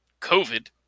COVID